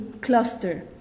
cluster